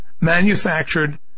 manufactured